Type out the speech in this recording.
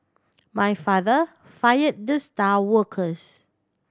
my father fire the star workers